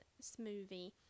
smoothie